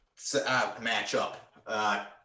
matchup